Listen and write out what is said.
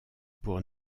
pour